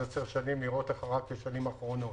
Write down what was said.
להסתכל על 10 שנים כשנים האחרונות.